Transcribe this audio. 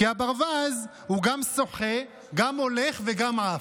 כי הברווז גם שוחה, גם הולך וגם עף.